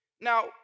Now